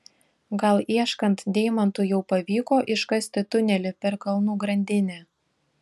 gal ieškant deimantų jau pavyko iškasti tunelį per kalnų grandinę